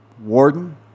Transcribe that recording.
warden